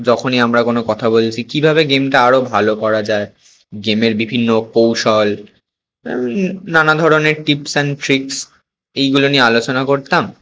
যখনই আমরা কোনো কথা বলছি কীভাবে গেমটা আরো ভালো করা যায় গেমের বিভিন্ন কৌশল আর ওই নানা ধরনের টিপস অ্যান্ড ট্রিকস এইগুলো নিয়ে আলোচনা করতাম